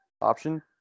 Option